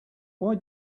why